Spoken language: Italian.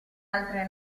altre